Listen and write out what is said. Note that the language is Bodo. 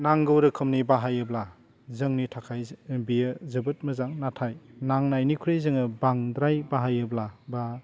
नांगौ रोखोमनि बाहायोब्ला जोंनि थाखाय बेयो जोबोद मोजां नाथाय नांनायनिख्रुइ जोङो बांद्राय बाहायोब्ला बा